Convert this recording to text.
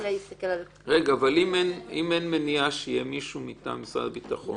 אם אין מניעה שיהיה מטעם משרד הביטחון